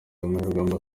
amahirwe